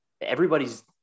everybody's